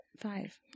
five